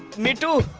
me, too.